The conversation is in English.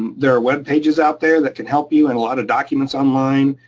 there are web pages out there that can help you and a lot of documents online,